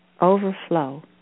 overflow